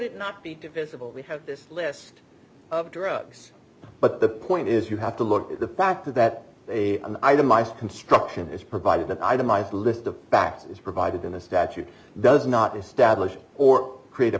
it not be defensible we have this list of drugs but the point is you have to look at the fact that a an itemized construction is provided an itemized list of facts as provided in the statute does not establish or creat